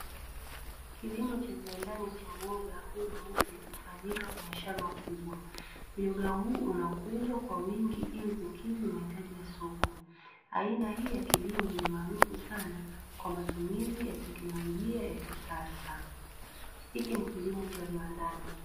Kilimo cha viwandani cha uyoga mweupe unaofanyika kwenye shamba kubwa. Uyoga huu unakuzwa kwa wingi ili kukidhi mahitaji ya soko. Aina hii ya kilimo ni maarufu sana kwa matumizi ya teknolojia ya kisasa; hiki ni kilimo cha viwandani.